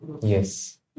yes